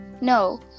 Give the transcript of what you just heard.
No